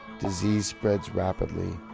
disease spreads rapidly.